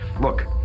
Look